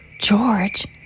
George